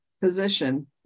position